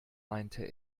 meinte